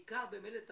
בעיקר במלט הר-טוב,